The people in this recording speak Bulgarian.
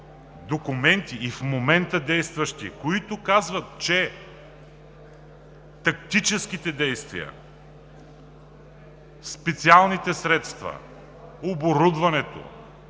документи, и в момента действащи, които казват, че тактическите действия, специалните средства, оборудването,